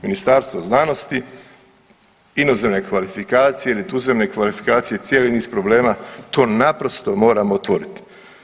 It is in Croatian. Ministarstvo znanosti, inozemne kvalifikacije ili tuzemne kvalifikacije, cijeni niz problema to naprosto moramo otvoriti.